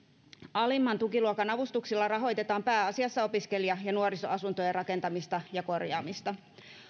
alimman tukiluokan avustuksilla rahoitetaan pääasiassa opiskelija ja nuorisoasuntojen rakentamista ja korjaamista